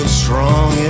strong